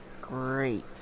great